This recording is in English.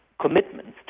commitments